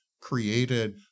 created